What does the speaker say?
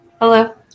Hello